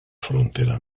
frontera